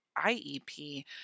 IEP